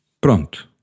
pronto